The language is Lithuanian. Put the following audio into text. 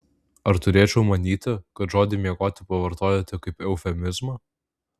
ar turėčiau manyti kad žodį miegoti pavartojote kaip eufemizmą